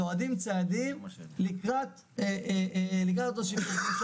צועדים צעדים לקראת התושבים.